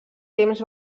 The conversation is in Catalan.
temps